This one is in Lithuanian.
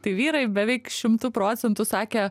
tai vyrai beveik šimtu procentų sakė